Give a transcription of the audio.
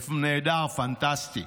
נהדר, פנטסטי.